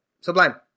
Sublime